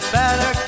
better